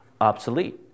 obsolete